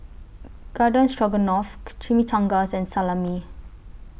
Garden Stroganoff Chimichangas and Salami